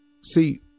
See